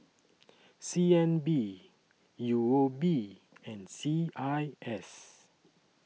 C N B U O B and C I S